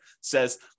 says